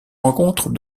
rencontre